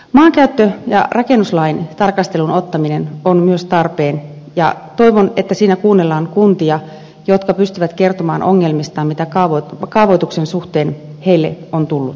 maankäyttö ja rakennuslain tarkasteluun ottaminen on myös tarpeen ja toivon että siinä kuunnellaan kuntia jotka pystyvät kertomaan ongelmistaan mitä kaavoituksen suhteen niille on tullut